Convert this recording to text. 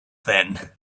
then